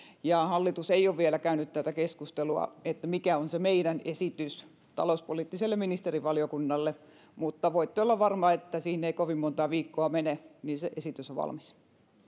hallitus ei ole vielä käynyt sitä keskustelua mikä on se meidän esityksemme talouspoliittiselle ministerivaliokunnalle mutta voitte olla varma että siihen ei kovin montaa viikkoa mene kun se esitys on valmis